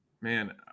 man